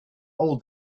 all